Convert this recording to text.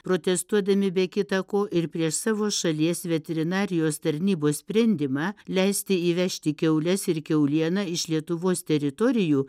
protestuodami be kita ko ir prieš savo šalies veterinarijos tarnybos sprendimą leisti įvežti kiaules ir kiaulieną iš lietuvos teritorijų